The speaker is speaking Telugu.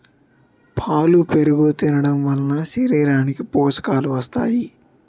పాలు పెరుగు తినడంవలన శరీరానికి పోషకాలు వస్తాయి